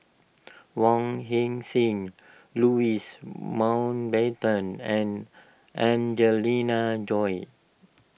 Wong Heck Sing Louis Mountbatten and Angelina Choy